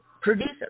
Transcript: producers